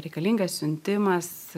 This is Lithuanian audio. reikalingas siuntimas